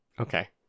Okay